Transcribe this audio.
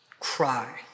cry